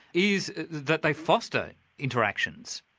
is that they foster interactions.